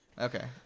Okay